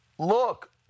Look